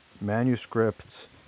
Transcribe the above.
manuscripts